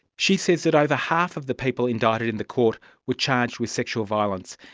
she says that over half of the people indicted in the court were charged with sexual violence,